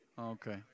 Okay